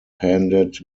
handed